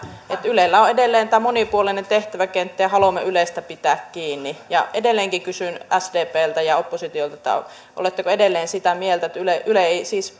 ylellä on edelleen tämä monipuolinen tehtäväkenttä ja haluamme ylestä pitää kiinni edelleenkin kysyn sdpltä ja ja oppositiolta oletteko edelleen sitä mieltä että ylen ei siis